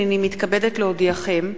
הנני מתכבדת להודיעכם,